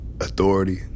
authority